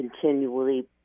continually